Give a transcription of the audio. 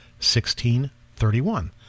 16.31